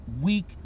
weak